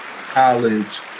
College